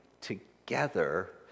together